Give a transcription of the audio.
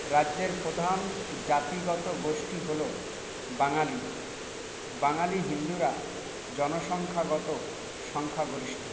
রাজ্যের প্রধান জাতিগত গোষ্টী হলো বাঙালি বাঙালি হিন্দুরা জনসংখ্যাগত সংখ্যাগরিষ্ট